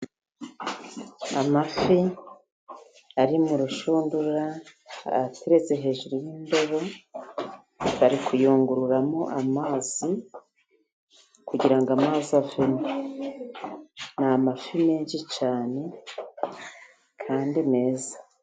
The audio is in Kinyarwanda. Amafi ari mu rushundura, ateretse hejuru y’indobo, bari kuyungururamo amazi kugira ngo amazi avemo. Ni amafi menshi cyane kandi meza.